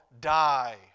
die